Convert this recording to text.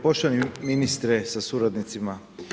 Poštovani ministre sa suradnicima.